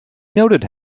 noted